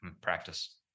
practice